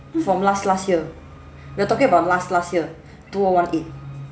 from last last year we are talking about last last year two O one eight